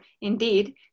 indeed